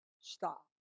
stop